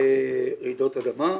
הוועדה לרעידות אדמה.